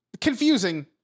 confusing